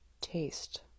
taste